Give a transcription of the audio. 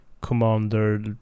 commander